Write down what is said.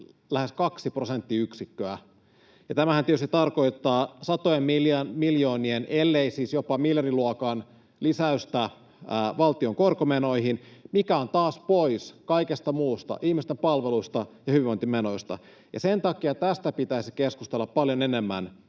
lähes kaksi prosenttiyksikköä, ja tämähän tietysti tarkoittaa satojen miljoonien ellei siis jopa miljardiluokan lisäystä valtion korkomenoihin, mikä on taas pois kaikesta muusta — ihmisten palveluista ja hyvinvointimenoista. Sen takia tästä pitäisi keskustella paljon enemmän